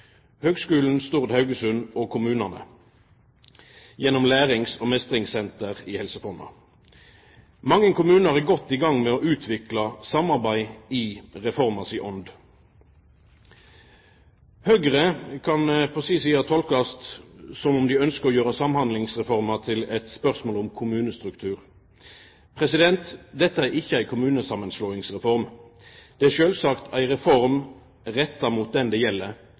og kommunane gjennom lærings- og meistringssenter i Helse Fonna. Mange kommunar er godt i gang med å utvikla samarbeid i reforma si ånd. Høgre kan på si side tolkast som om dei ønskjer å gjera Samhandlingsreforma til eit spørsmål om kommunestruktur. Dette er ikkje ei kommunesamanslåingsreform. Det er sjølvsagt ei reform retta mot den det gjeld: